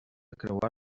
creuar